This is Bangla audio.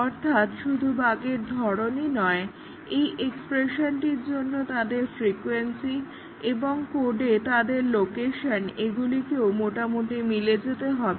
অর্থাৎ শুধু বাগের ধরণই নয় এই এক্সপ্রেশনটির জন্য তাদের ফ্রিকোয়েন্সি এবং কোডে তাদের লোকেশন এগুলোকেও মোটামুটিভাবে মিলে যেতে হবে